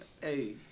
hey